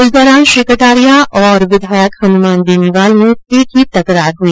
इस दौरान श्री कटारिया और और विधायक हनुमान बेनीवाल में तीखी तकरार हुई